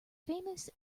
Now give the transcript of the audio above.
famous